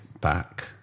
back